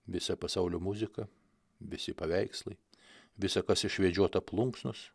viso pasaulio muzika visi paveikslai visa kas išvedžiota plunksnos